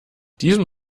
diesem